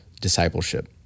discipleship